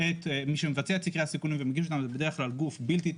את סקרי הסיכונים ומגיש אותם זה בדרך כלל גוף בלתי תלוי,